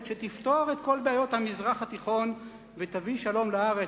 שתפתור את כל בעיות המזרח התיכון ותביא שלום לארץ,